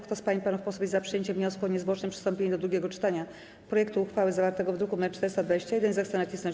Kto z pań i panów posłów jest za przyjęciem wniosku o niezwłoczne przystąpienie do drugiego czytania projektu uchwały zawartego w druku nr 421, zechce nacisnąć